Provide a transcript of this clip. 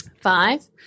Five